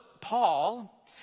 Paul